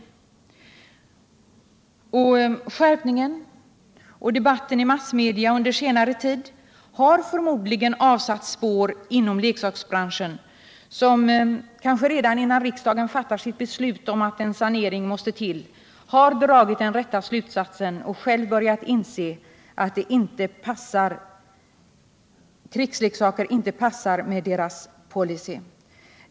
Den skärpningen och debatten i massmedia under senare tid har förmodligen avsatt spår inom leksaksbranschen, som kanske — redan innan riksdagen fattar sitt beslut om att en sanering måste till — har dragit den rätta slutsatsen och själv börjat inse att krigsleksaker inte passar dess policy.